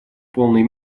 полной